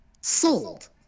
sold